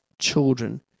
children